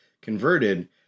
converted